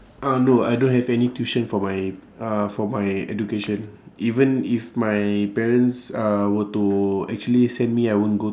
uh no I don't have any tuition for my uh for my education even if my parents uh were to actually send me I won't go